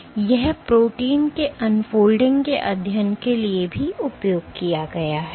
और यह प्रोटीन के अनफोल्डिंग के अध्ययन के लिए भी उपयोग किया गया है